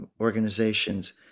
organizations